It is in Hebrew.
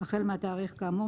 החל מהתאריך כאמור,